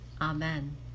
Amen